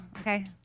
Okay